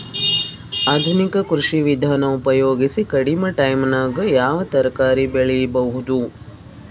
ಆಧುನಿಕ ಕೃಷಿ ವಿಧಾನ ಉಪಯೋಗಿಸಿ ಕಡಿಮ ಟೈಮನಾಗ ಯಾವ ತರಕಾರಿ ಬೆಳಿಬಹುದು?